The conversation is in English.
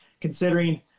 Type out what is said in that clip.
considering